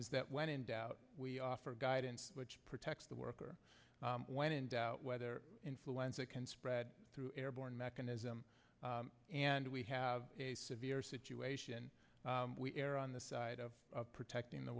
is that when in doubt we offer guidance which protects the worker when in doubt whether influenza can spread through airborne mechanism and we have a severe situation we err on the side of protecting the